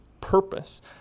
purpose